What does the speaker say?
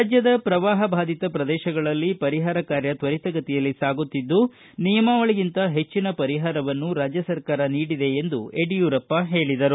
ರಾಜ್ದದ ಪ್ರವಾಪ ಬಾಧಿತ ಪ್ರದೇಶಗಳಲ್ಲಿ ಪರಿಹಾರ ಕಾರ್ಯ ತ್ವರಿತ ಗತಿಯಲ್ಲಿ ಸಾಗುತ್ತಿದ್ದು ನಿಯಮಾವಳಗಿಂತ ಹೆಚ್ಚಿನ ಪರಿಹಾರವನ್ನು ರಾಜ್ಯ ಸರ್ಕಾರ ನೀಡಿದೆ ಎಂದು ಯಡಿಯೂರಪ್ಪ ಹೇಳಿದರು